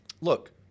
look